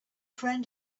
friend